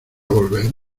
volver